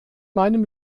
meinem